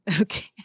Okay